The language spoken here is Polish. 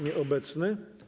Nieobecny.